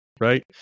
right